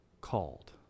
called